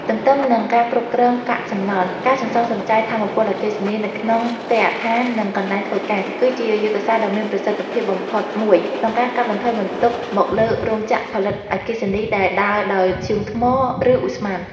ទន្ទឹមនឹងការគ្រប់គ្រងកាកសំណល់ ការសន្សំសំចៃថាមពលអគ្គិសនីនៅក្នុងគេហដ្ឋាន និងកន្លែងធ្វើការ គឺជាយុទ្ធសាស្ត្រដ៏មានប្រសិទ្ធភាពបំផុតមួយក្នុងការកាត់បន្ថយបន្ទុកមកលើរោងចក្រផលិតអគ្គិសនីដែលដើរដោយធ្យូងថ្ម ឬឧស្ម័ន។